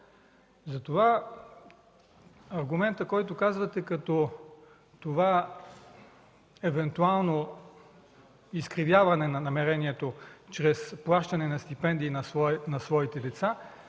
Затова аргументът, който казвате, като това евентуално изкривяване на намерението чрез плащане на стипендии на своите деца,